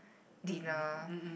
dinner